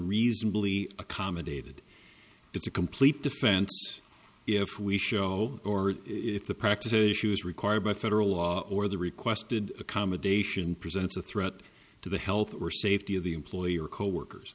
reasonably accommodated it's a complete defense if we show or if the practice issue is required by federal law or the requested accommodation presents a threat to the health or safety of the employee or coworkers